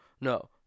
no